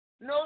No